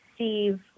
Steve